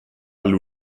alla